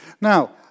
Now